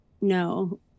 no